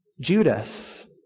Judas